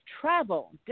travel